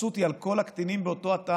האפוטרופסות היא על כל הקטינים באותו התא